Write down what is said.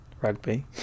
rugby